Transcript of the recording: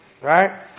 Right